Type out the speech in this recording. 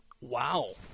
Wow